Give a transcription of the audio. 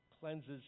cleanses